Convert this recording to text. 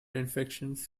infections